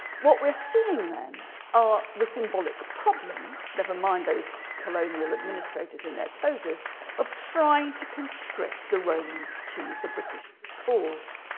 what we're seeing then are the symbolic problems never mind those colonial administrators in their togas of trying to constrict the romans choose the british cause